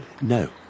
No